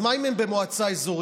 אז מה אם הם במועצה אזורית?